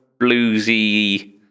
bluesy